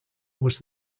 was